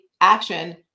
action